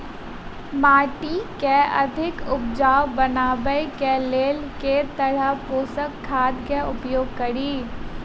माटि केँ अधिक उपजाउ बनाबय केँ लेल केँ तरहक पोसक खाद केँ उपयोग करि?